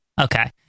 Okay